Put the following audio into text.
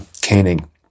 caning